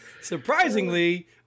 Surprisingly